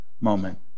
moment